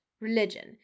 religion